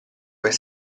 per